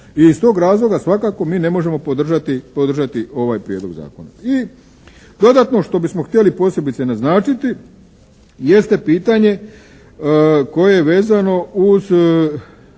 I iz tog razloga svakako mi ne možemo podržati ovaj prijedlog zakona. I dodatno što bismo htjeli posebice naznačiti jeste pitanje koje je vezano uz